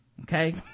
Okay